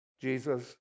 Jesus